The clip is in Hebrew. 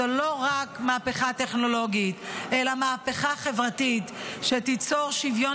זאת לא רק מהפכה טכנולוגית אלא מהפכה חברתית שתיצור שוויון